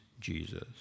Jesus